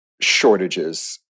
shortages